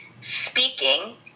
speaking